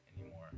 anymore